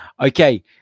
okay